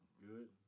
Good